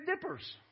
dippers